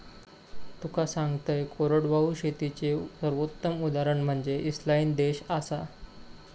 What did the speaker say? तुका सांगतंय, कोरडवाहू शेतीचे सर्वोत्तम उदाहरण म्हनजे इस्राईल देश आसा